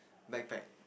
backpack